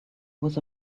was